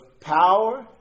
power